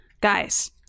Guys